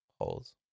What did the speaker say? holes